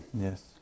Yes